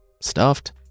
stuffed